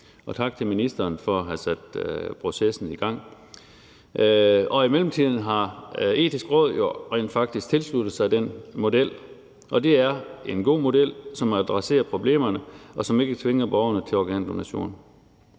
Tak til ministeren for at have sat processen i gang. I mellemtiden har Det Etiske Råd jo rent faktisk tilsluttet sig den model, og det er en god model, som adresserer problemerne, og som ikke tvinger borgerne til organdonation.